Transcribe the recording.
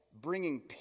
bringing